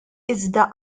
iżda